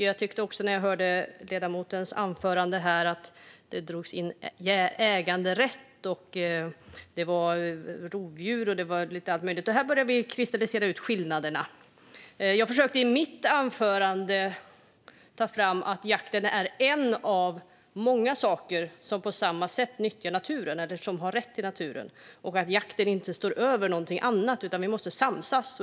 Jag tyckte också att det i ledamotens anförande drogs in äganderätt, rovdjur och allt möjligt. Här börjar skillnaderna utkristallisera sig. I mitt anförande försökte jag lyfta fram att jakten är en av många saker där man har rätt till naturen och nyttjar naturen på samma sätt och att jakten inte står över något annat. Vi måste samsas.